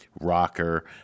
rocker